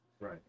Right